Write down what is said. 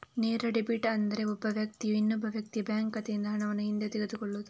ನೇರ ಡೆಬಿಟ್ ಅಂದ್ರೆ ಒಬ್ಬ ವ್ಯಕ್ತಿಯು ಇನ್ನೊಬ್ಬ ವ್ಯಕ್ತಿಯ ಬ್ಯಾಂಕ್ ಖಾತೆಯಿಂದ ಹಣವನ್ನು ಹಿಂದೆ ತಗೊಳ್ಳುದು